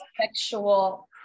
sexual